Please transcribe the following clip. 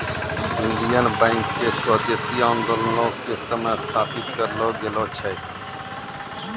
Indian Bank के स्वदेशी आन्दोलनो के समय स्थापित करलो गेलो छै